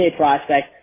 prospect